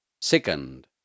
Second